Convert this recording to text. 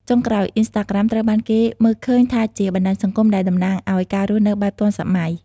ចុងក្រោយ អុីនស្តាក្រាម ត្រូវបានគេមើលឃើញថាជាបណ្តាញសង្គមដែលតំណាងឱ្យ ការរស់នៅបែបទាន់សម័យ។